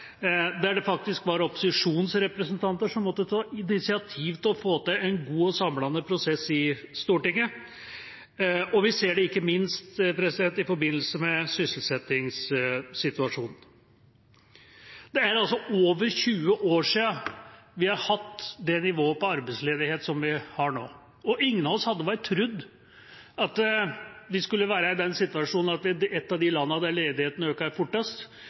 der det faktisk var opposisjonens representanter som måtte ta initiativ til å få til en god og samlende prosess i Stortinget, og vi ser det ikke minst i forbindelse med sysselsettingssituasjonen. Det er altså over 20 år siden vi har hatt det nivået på arbeidsledigheten som vi har nå. Ingen av oss hadde vel trodd at vi skulle være i den situasjonen at vi er et av de landene der ledigheten øker fortest,